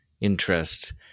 interest